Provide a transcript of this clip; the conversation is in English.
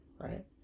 right